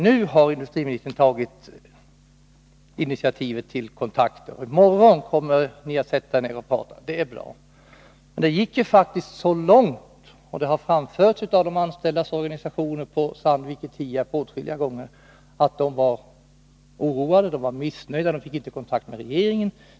Nu har industriministern tagit initiativet till kontakter, och i morgon kommer ni att sätta er ned och samtala, och det är bra. Men det har många gånger framförts från de anställdas organisationer i Sandviken och i Tierp att man där var oroad och missnöjd. Man fick inte kontakt med regeringen.